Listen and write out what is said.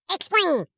Explain